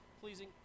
pleasing